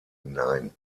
nein